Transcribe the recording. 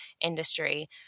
industry